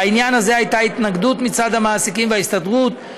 בעניין הזה הייתה התנגדות מצד המעסיקים וההסתדרות,